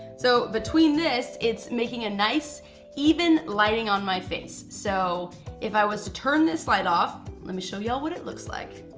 so between this, it's making a nice even lighting on my face. so if i was to turn this light off, let me show you all what it looks like.